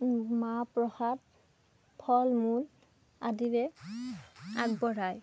মাহ প্ৰসাদ ফল মূল আদিৰে আগবঢ়ায়